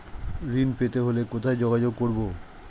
ঋণ পেতে হলে কোথায় যোগাযোগ করব?